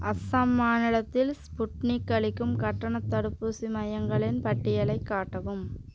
அஸாம் மாநிலத்தில் ஸ்புட்னிக் அளிக்கும் கட்டண தடுப்பூசி மையங்களின் பட்டியலை காட்டவும்